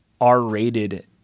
r-rated